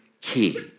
key